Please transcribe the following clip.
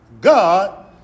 God